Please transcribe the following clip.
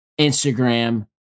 Instagram